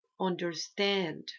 understand